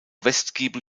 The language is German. westgiebel